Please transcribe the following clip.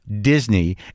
Disney